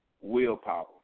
willpower